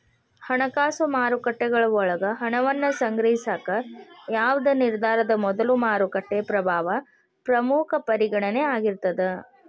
ಹಣಕಾಸು ಮಾರುಕಟ್ಟೆಗಳ ಒಳಗ ಹಣವನ್ನ ಸಂಗ್ರಹಿಸಾಕ ಯಾವ್ದ್ ನಿರ್ಧಾರದ ಮೊದಲು ಮಾರುಕಟ್ಟೆ ಪ್ರಭಾವ ಪ್ರಮುಖ ಪರಿಗಣನೆ ಆಗಿರ್ತದ